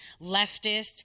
leftist